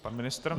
Pan ministr?